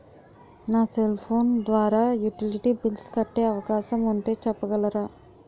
నా cell phone ద్వారా utility bills కట్టే అవకాశం ఉంటే చెప్పగలరా?